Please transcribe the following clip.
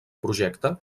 projecte